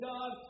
God